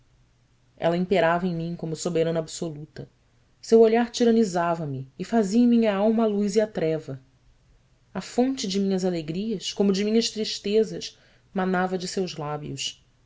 ela imperava em mim como soberana absoluta seu olhar tiranizava me e fazia em minha alma a luz e a treva a fonte de minhas alegrias como de minhas tristezas manava de seus lábios